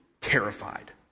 terrified